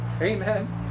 amen